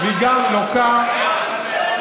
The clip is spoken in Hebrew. איש המחנה שלכם,